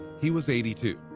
he was eighty two.